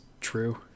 true